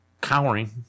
cowering